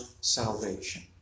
salvation